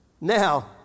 Now